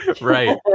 Right